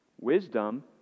Wisdom